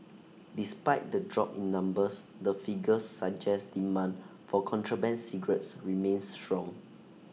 despite the drop in numbers the figures suggest demand for contraband cigarettes remains strong